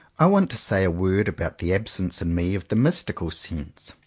i want to say a word about the absence in me of the mystical sense.